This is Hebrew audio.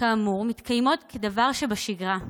כאמור מתקיימות כדבר שבשגרה,